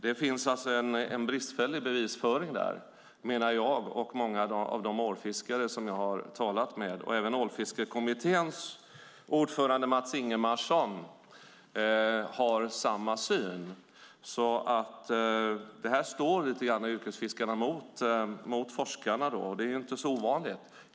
Det finns en bristfällig bevisföring där, menar jag och många av de ålfiskare som jag har talat med. Även Ålfiskekommitténs ordförande Mats Ingemarsson har samma syn. Här står yrkesfiskarna lite grann mot forskarna, och det är inte så ovanligt.